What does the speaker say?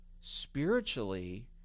spiritually